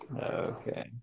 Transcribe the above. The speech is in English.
Okay